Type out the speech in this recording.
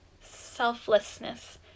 selflessness